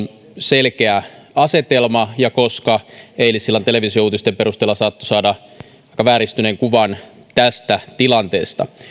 selkeä asetelma ja koska eilisillan televisiouutisten perusteella saattoi saada aika vääristyneen kuvan tästä tilanteesta